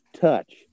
touch